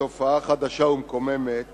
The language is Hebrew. לתופעה חדשה ומקוממת